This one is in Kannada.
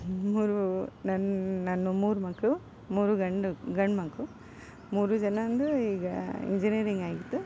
ಮೂರು ನನ್ನ ನನಗೆ ಮೂರು ಮಕ್ಕಳು ಮೂರು ಗಂಡು ಗಂಡುಮಕ್ಳು ಮೂರು ಜನದ್ದು ಈಗ ಇಂಜಿನೀಯರಿಂಗ್ ಆಯಿತು